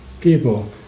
people